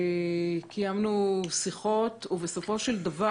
קיימנו שיחות ובסופו של דבר,